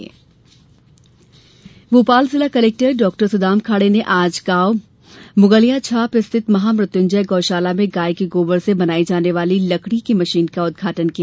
गौबर की लकड़ी भोपाल जिला कलेक्टर डॉ सुदाम खाडे ने आज गांव मुगालियाछाप स्थित महामृत्युंजय गौ शाला में गाय के गोबर से बनाई जाने वाली लकड़ी की मशीन का उदघाटन किया